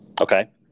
Okay